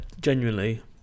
Genuinely